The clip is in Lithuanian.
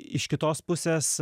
iš kitos pusės